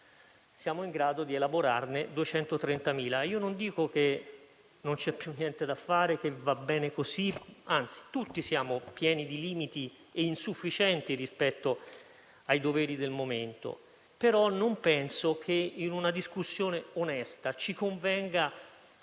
siamo in grado di effettuarne 230.000. Non dico che non c'è più niente da fare e che va bene così; anzi, tutti siamo pieni di limiti e siamo insufficienti rispetto ai doveri del momento. Non penso però che, in una discussione onesta, ci convenga